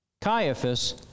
Caiaphas